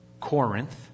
Corinth